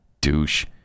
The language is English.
douche